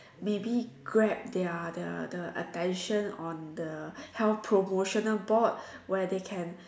maybe Grab their their the attention on the health promotional board where they can